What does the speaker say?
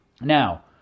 Now